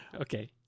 okay